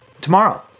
tomorrow